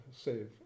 save